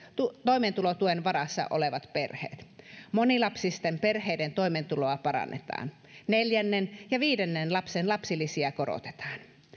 toimeentulotuen varassa olevat perheet monilapsisten perheiden toimeentuloa parannetaan neljännen ja viidennen lapsen lapsilisiä korotetaan